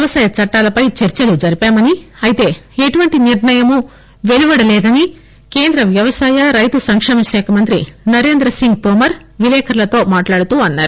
వ్యవసాయ చట్టాలపై చర్చలు జరిపామని అయితే ఎటువంటి నిర్ణయం పెలువడలేదని కేంద్ర వ్యవసాయ రైతు సంకేమ మంత్రి నరేంద్ర సింగ్ తోమర్ విలేఖరులతో మాట్లాడుతూ అన్నారు